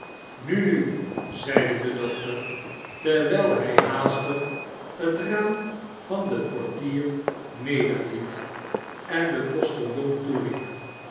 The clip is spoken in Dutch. nu nu zeide de dokter terwijl hij haastig het raam van het portier nederliet en den postiljon toeriep